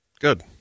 Good